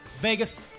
Vegas